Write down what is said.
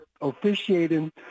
officiating